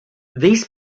these